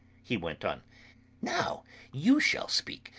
he went on now you shall speak.